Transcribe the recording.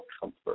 comfort